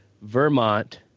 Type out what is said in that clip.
Vermont